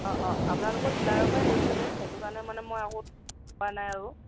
অঁ অঁ আপোনালোকৰ ডীলাৰৰ পৰাই লৈছোঁ যে সেইটো কাৰণে মানে মই আকৌ চোৱা নাই আৰু